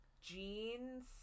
Jeans